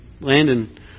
Landon